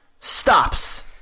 stops